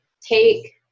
take